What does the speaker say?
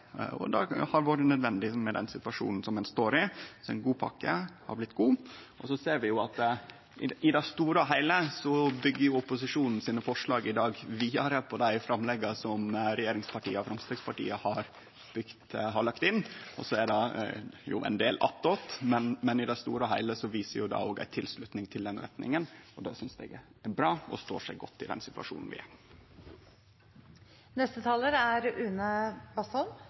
og det har vore nødvendig i den situasjonen som ein står i. Så ei god pakke har blitt betre. Så ser vi jo at i det store og heile byggjer opposisjonen sine forslag i dag vidare på dei framlegga som regjeringspartia og Framstegspartiet har lagt inn. Så er det jo ein del attåt, men i det store og heile viser dette ei tilslutning til den retninga, og det synest eg er bra og står seg godt i den situasjonen vi